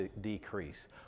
decrease